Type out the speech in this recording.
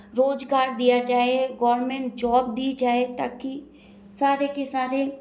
रोज़गार दिया जाए गोर्मेंट जोब दी जाए ताकि सारे के सारे